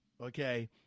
okay